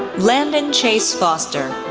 landon chase foster,